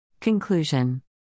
Conclusion